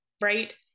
right